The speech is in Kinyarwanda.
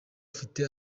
afite